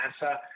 NASA